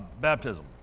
baptism